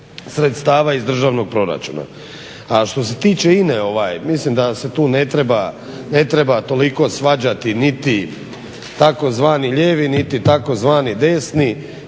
sredstava iz državnog proračuna. A što se tiče INA-e mislim da se tu ne treba toliko svađati niti tzv. lijevi niti tzv. desni